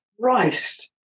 Christ